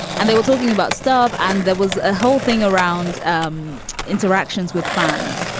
and they were talking about stuff. and there was a whole thing around um interactions with fans.